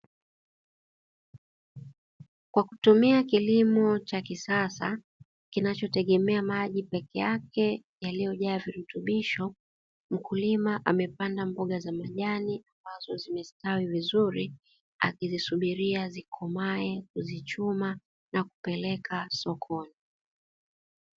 Kwa kutumia kilimo cha kisasa kinachotegemea maji peke yake yakiyojaa virutubisho, mkulima amepanda mboga za majani ambazo zimestawi vizuri akizisubiria zikomae, kuzichuma na kupeleka sokoni.